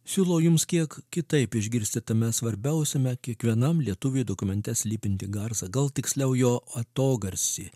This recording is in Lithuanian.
siūlau jums kiek kitaip išgirsti tame svarbiausiame kiekvienam lietuviui dokumente slypintį garsą gal tiksliau jo atogarsį